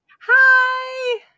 Hi